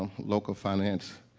um local finance,